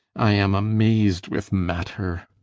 i am amaz'd with matter.